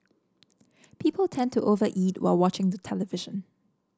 people tend to over eat while watching the television